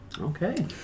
Okay